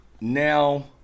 Now